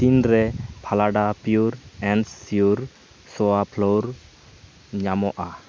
ᱛᱤᱱᱨᱮ ᱯᱷᱟᱞᱟᱰᱟ pure and sure ᱥᱚᱣᱟ ᱯᱷᱞᱳᱨ ᱧᱟᱢᱚᱜᱼᱟ